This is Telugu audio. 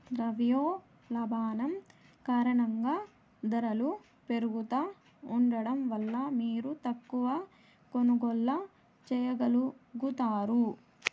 ద్రవ్యోల్బణం కారణంగా దరలు పెరుగుతా ఉండడం వల్ల మీరు తక్కవ కొనుగోల్లు చేయగలుగుతారు